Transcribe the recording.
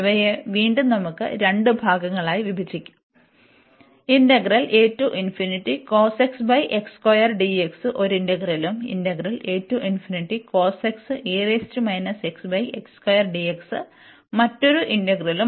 ഇവയെ വീണ്ടും നമുക്ക് രണ്ട് ഭാഗങ്ങളായി വിഭജിക്കാം ഒരു ഇന്റഗ്രലും മറ്റൊരു ഇന്റഗ്രലുമാണ്